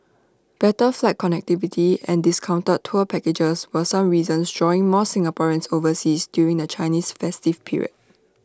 better flight connectivity and discounted tour packages were some reasons drawing more Singaporeans overseas during the Chinese festive period